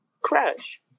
crash